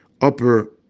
upper